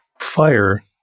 fire